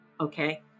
Okay